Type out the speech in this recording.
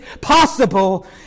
possible